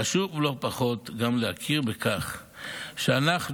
חשוב לא פחות גם להכיר בכך שאנחנו,